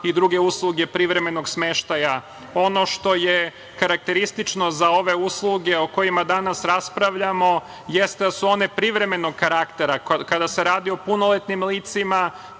i druge usluge privremenog smeštaja. Ono što je karakteristično za ove usluge o kojima danas raspravljamo, jeste da su one privremenog karaktera. Kada se radi o punoletnim licima